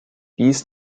dies